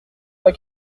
pas